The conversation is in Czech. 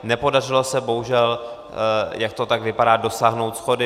Nepodařilo se bohužel, jak to tak vypadá, dosáhnout shody.